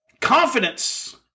Confidence